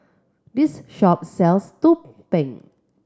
this shop sells tu peng